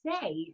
say